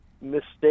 mistake